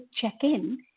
check-in